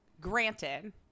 granted